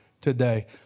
today